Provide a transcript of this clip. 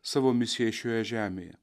savo misiją šioje žemėje